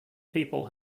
people